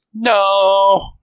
No